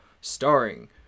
Starring